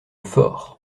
fort